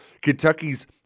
Kentucky's